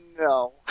no